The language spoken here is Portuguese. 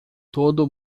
todo